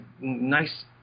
nice